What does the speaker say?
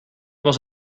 was